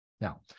Now